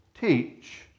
teach